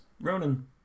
Ronan